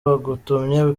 bagutumye